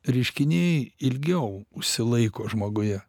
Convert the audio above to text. reiškiniai ilgiau užsilaiko žmoguje